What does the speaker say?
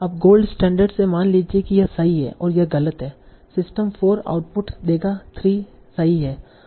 अब gold standard से मान लीजिए कि यह सही है और यह गलत है सिस्टम 4 आउटपुट देगा 3 सही हैं